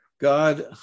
God